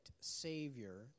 savior